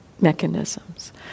mechanisms